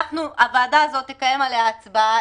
הוועדה הזו תקיים עליה הצבעה,